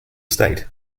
state